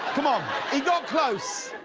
he got close.